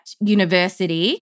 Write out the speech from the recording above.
university